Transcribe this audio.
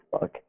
fuck